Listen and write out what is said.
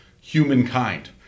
humankind